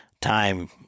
time